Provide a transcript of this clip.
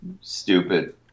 Stupid